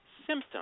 symptoms